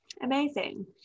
amazing